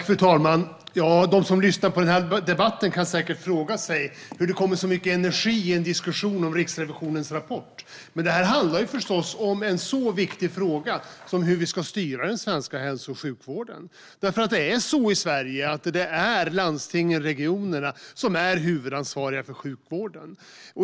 Fru talman! De som lyssnar på den här debatten kan säkert fråga sig hur det kan finnas så mycket energi i en diskussion om Riksrevisionens rapport. Men det här handlar förstås om en så viktig fråga som hur vi ska styra den svenska hälso och sjukvården. Det är ju så i Sverige att landstingen eller regionerna är huvudansvariga för sjukvården.